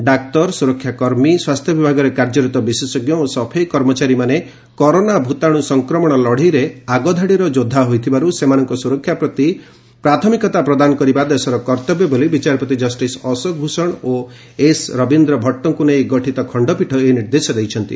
ଡାକ୍ତର ସୁରକ୍ଷା କର୍ମୀ ସ୍ୱାସ୍ଥ୍ୟ ବିଭାଗରେ କାର୍ଯ୍ୟରତ ବିଶେଷଜ୍ଞ ଓ ସଫେଇ କର୍ମଚାରୀମାନେ କରୋନା ଭୂତାଣୁ ସଂକ୍ରମଣ ଲଢ଼େଇରେ ଆଗଧାଡ଼ିର ଯୋଦ୍ଧା ହୋଇଥିବାରୁ ସେମାନଙ୍କ ସ୍ୱରକ୍ଷା ପ୍ରତି ପ୍ରାଥମିକତା ପ୍ରଦାନ କରିବା ଦେଶର କର୍ତ୍ତବ୍ୟ ବୋଲି ବିଚାରପତି ଜଷିସ ଅଶୋକ ଭୂଷଣ ଓ ଏସ୍ ରବିନ୍ଦ୍ର ଭଟ୍ଟଙ୍କୁ ନେଇ ଗଠିତ ଖଣ୍ଡପୀଠ ଏହି ନିର୍ଦ୍ଦେଶ ଦେଇଛନ୍ତି